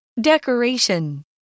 Decoration